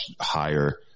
higher